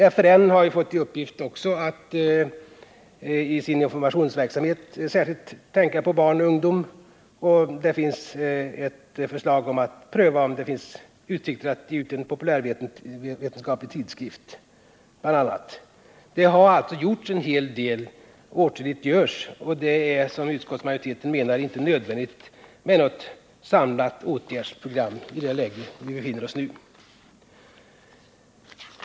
Också FRN har fått i uppgift att i sin informationsverksamhet särskilt tänka på barn och ungdom, och det finns bl.a. vidare ett förslag om att pröva om det finns utsikter att utge en populärvetenskaplig tidskrift. Det har alltså gjorts en hel del, och åtskilligt görs. Det är, enligt vad utskottsmajoriteten menar, inte nödvändigt med något samlat åtgärdsprogram i det läge som vi nu befinner OSS i.